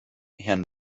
herrn